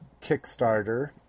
Kickstarter